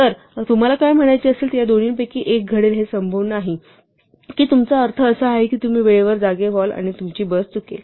तर तुम्हाला काय म्हणायचे आहे की या दोन पैकी एक घडेल हे संभव नाही की तुमचा अर्थ असा आहे की तुम्ही वेळेवर जागे व्हाल आणि तुमची बस चुकेल